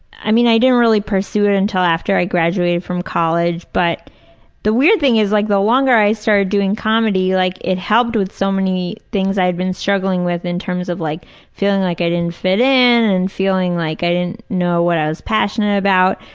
i mean, i didn't really pursue it until after i graduated from college. but the weird thing is like the longer i started doing comedy, like it helped with so many things i'd been struggling with in terms of feeling like i didn't fit in and feeling like i didn't know what i was passionate about.